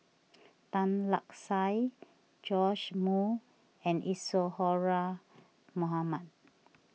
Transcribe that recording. Tan Lark Sye Joash Moo and Isadhora Mohamed